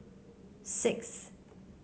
six